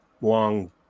long